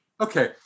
Okay